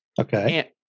okay